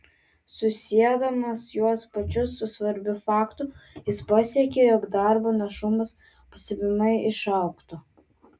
susiedamas juos pačius su svarbiu faktu jis pasiekė jog darbo našumas pastebimai išaugtų